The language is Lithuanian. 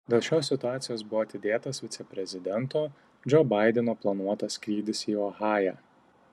dėl šios situacijos buvo atidėtas viceprezidento džo baideno planuotas skrydis į ohają